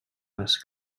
les